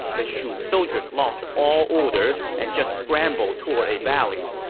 the shu soldiers lost all order and just scrambled toward a valley.